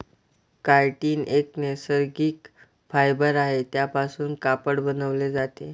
chitin एक नैसर्गिक fibre आहे त्यापासून कापड बनवले जाते